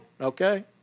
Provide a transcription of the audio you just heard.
okay